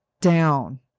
down